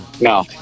No